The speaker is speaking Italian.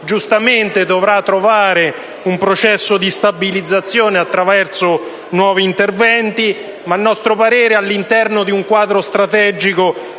giustamente dovrà trovare un processo di stabilizzazione attraverso nuovi interventi, a nostro parere all'interno di un quadro strategico